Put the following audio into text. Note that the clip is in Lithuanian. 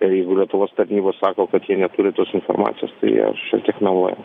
ir jeigu lietuvos tarnybos sako kad jie neturi tos informacijos tai jie šiek tiek meluoja